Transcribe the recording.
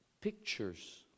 pictures